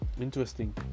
Interesting